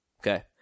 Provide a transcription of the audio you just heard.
Okay